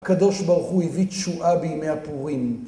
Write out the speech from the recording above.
הקדוש ברוך הוא הביא תשועה בימי הפורים.